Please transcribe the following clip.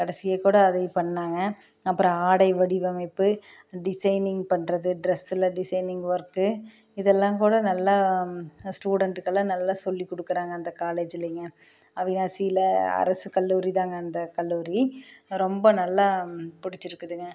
கடைசியாக கூட அதை பண்ணாங்க அப்புறம் ஆடை வடிவமைப்பு டிசைனிங் பண்ணுறது ட்ரெஸில் டிசைனிங் ஒர்க்கு இதெல்லாம் கூட நல்லா ஸ்டுடென்டுக்குலாம் நல்லா சொல்லி கொடுக்குறாங்க அந்த காலேஜிலிங்க அவிநாசியில் அரசு கல்லூரிதாங்க அந்த கல்லூரி ரொம்ப நல்லா பிடிச்சிருக்குதுங்க